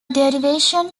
derivation